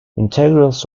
integrals